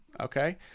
Okay